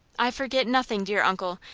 i forget nothing, dear uncle.